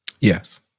yes